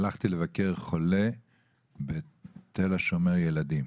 הלכתי לבקר חולה בתל השומר ילדים.